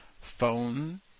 phone